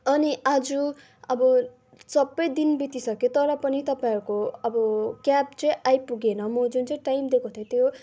अनि आज अब सबै दिन बितिसक्यो तर पनि तपाईँहरूको अब क्याब चाहिँ आइपुगेन म जुन चाहिँ टाइम दिएको थिएँ त्यो